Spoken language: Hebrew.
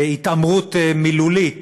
התעמרות מילולית